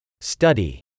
Study